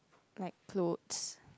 like clothes